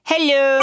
Hello